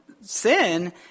sin